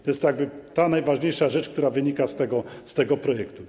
To jest jakby ta najważniejsza rzecz, która wynika z tego projektu.